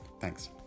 Thanks